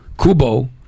Kubo